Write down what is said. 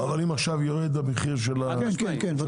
אם עכשיו ירד המחיר של הגרעינים,